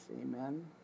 Amen